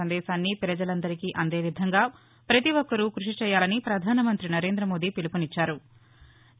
సందేశాన్ని ప్రజలందరికీ అందే విధంగా పతి ఒక్కరూ కృషి చేయాలని పధానమంత్రి నరేందమోదీ పిలుపునిచ్చారు